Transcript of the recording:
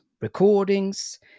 recordings